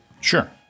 Sure